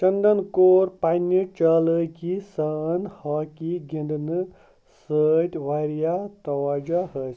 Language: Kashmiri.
چنٛدن کوٚر پنٛنہِ چالٲكی سان ہاکی گِنٛدنہٕ سۭتۍ واریاہ توجہ حٲصِ